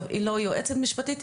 טוב היא לא היועצת המשפטית,